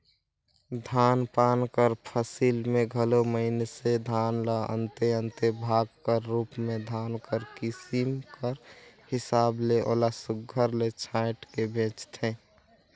धान पान कर फसिल में घलो मइनसे धान ल अन्ते अन्ते भाग कर रूप में धान कर किसिम कर हिसाब ले ओला सुग्घर ले छांएट के बेंचथें